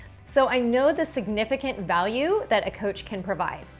so i know the significant value that a coach can provide.